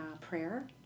prayer